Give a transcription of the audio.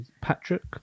Patrick